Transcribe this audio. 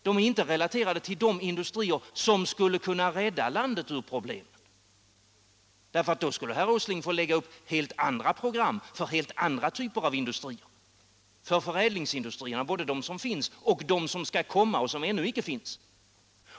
De är inte relaterade till de industrier som skulle kunna rädda landet ur problemen, för då skulle ju herr Åsling få lägga upp helt andra program för helt andra typer av industrier, nämligen för förädlingsindustrierna - både de som finns och de som skall komma men ännu icke finns.